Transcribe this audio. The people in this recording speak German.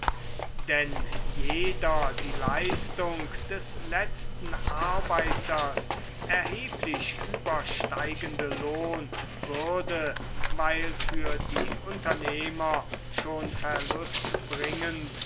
denn jeder die leistung des letzten arbeiters erheblich übersteigende lohn würde weil für die unternehmer schon